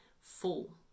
full